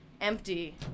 empty